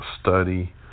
study